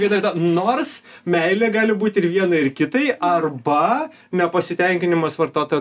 vietoj to nors meilė gali būt ir vienai ir kitai arba nepasitenkinimas vartotojo